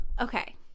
Okay